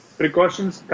precautions